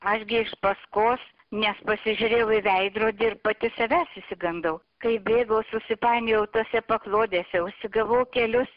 aš gi iš paskos nes pasižiūrėjau į veidrodį ir pati savęs išsigandau kai bėgau susipainiojau tose paklodėse užsigavau kelius